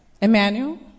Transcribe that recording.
Emmanuel